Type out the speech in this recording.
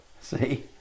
See